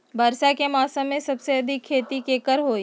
वर्षा के मौसम में सबसे अधिक खेती केकर होई?